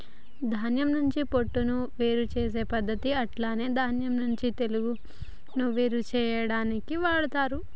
ధాన్యం నుండి పొట్టును వేరు చేసే పద్దతి అట్లనే ధాన్యం నుండి తెగులును వేరు చేయాడానికి వాడతరు